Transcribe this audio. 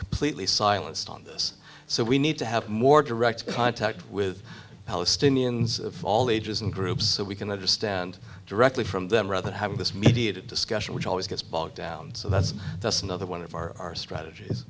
completely silenced on this so we need to have more direct contact with palestinians of all ages and groups so we can understand directly from them rather than having this mediated discussion which always gets bogged down so that's that's another one of our strategies